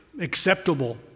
acceptable